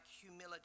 humility